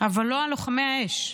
אבל לא לוחמי האש.